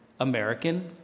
American